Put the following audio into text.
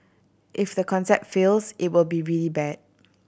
if the concept fails it will be really bad